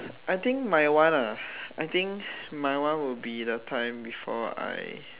I think my one ah I think my one will be the time before I